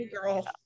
girl